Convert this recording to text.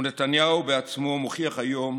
ונתניהו בעצמו מוכיח היום